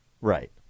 Right